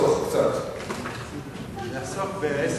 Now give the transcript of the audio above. אדוני היושב-ראש,